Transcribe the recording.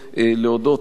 להודות,